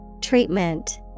Treatment